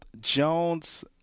Jones